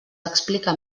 explica